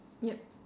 yup